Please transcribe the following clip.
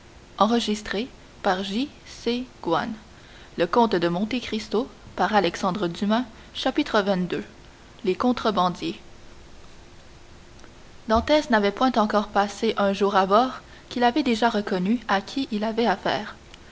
pleines voiles vers livourne xxii les contrebandiers dantès n'avait point encore passé un jour à bord qu'il avait déjà reconnu à qui il avait affaire